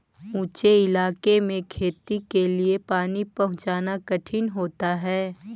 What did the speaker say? ऊँचे इलाके में खेती के लिए पानी पहुँचाना कठिन होता है